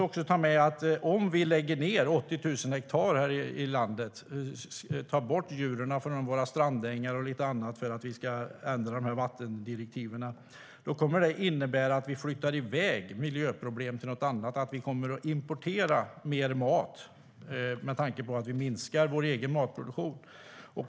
Om vi lägger ned 80 000 hektar här i landet, tar bort djuren från våra strandängar och lite annat beroende på ändringarna i vattendirektiven kommer det att innebära att vi flyttar iväg miljöproblemen och kommer att importera mer mat, med tanke på att vi minskar vår egen matproduktion.